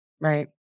Right